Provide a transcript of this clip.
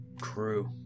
crew